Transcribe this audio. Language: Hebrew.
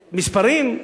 מספרים: